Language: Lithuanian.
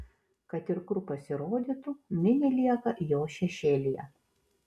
kad ir kur pasirodytų mini lieka jo šešėlyje